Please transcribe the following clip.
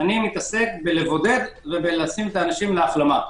אני מתעסק בלבודד ולשים את האנשים בהחלמה.